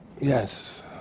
Yes